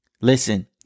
Listen